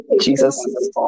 Jesus